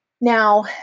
Now